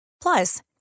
Plus